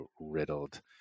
riddled